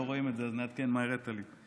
לא רואים את זה, אז נעדכן מה הראית לי.